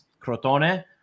Crotone